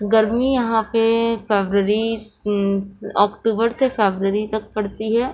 گرمی یہاں پہ فیبرری اکٹوبر سے فیبرری تک پڑتی ہے